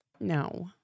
No